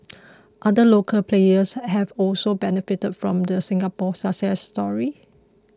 other local players have also benefited from the Singapore success story